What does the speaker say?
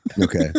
Okay